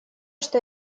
что